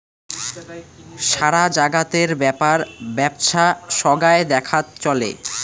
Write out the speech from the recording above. সারা জাগাতের ব্যাপার বেপছা সোগায় দেখাত চলে